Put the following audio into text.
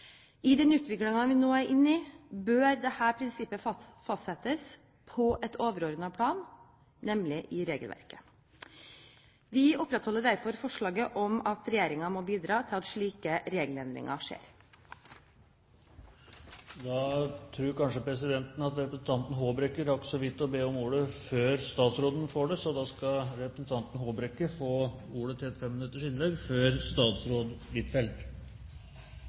I den utviklingen vi nå er inne i, bør dette prinsippet fastsettes på et overordnet plan, nemlig i regelverket. Vi opprettholder derfor forslaget om at regjeringen må bidra til at slike regelendringer skjer. Presidenten tror kanskje at representanten Håbrekke så vidt rakk å be om ordet før statsråden får det. Da skal representanten Øyvind Håbrekke få ordet til et 5 minutters innlegg før statsråd Huitfeldt.